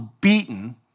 beaten